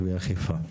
ואכיפה.